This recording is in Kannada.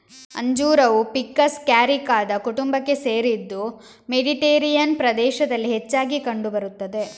ಅಂಜೂರವು ಫಿಕಸ್ ಕ್ಯಾರಿಕಾದ ಕುಟುಂಬಕ್ಕೆ ಸೇರಿದ್ದು ಮೆಡಿಟೇರಿಯನ್ ಪ್ರದೇಶದಲ್ಲಿ ಹೆಚ್ಚಾಗಿ ಕಂಡು ಬರುತ್ತದೆ